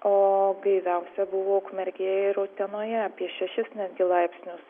o gaiviausia buvo ukmergėj ir utenoje apie šešis netgi laipsnius